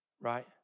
right